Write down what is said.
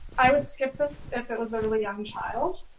i would skip this if it was a really young child.